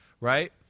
right